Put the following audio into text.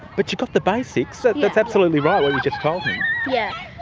but you got the basics, that's absolutely right, what you just told yeah